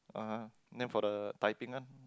uh name for the typing [one]